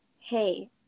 hey